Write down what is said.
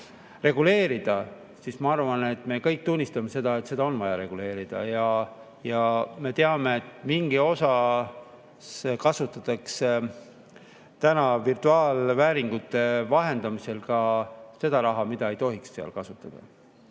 vaja reguleerida? Ma arvan, et me kõik tunnistame seda, et seda on vaja reguleerida. Ja me teame, et mingi osa kasutatakse täna virtuaalvääringute vahendamisel ka seda raha, mida ei tohiks seal kasutada.